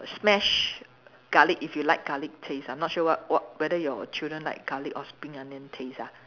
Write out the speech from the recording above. smashed garlic if you like garlic taste I'm not sure what what whether your children like garlic or spring onion taste ah